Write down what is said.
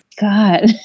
God